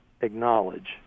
acknowledge